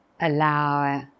allow